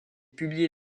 publiées